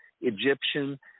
Egyptian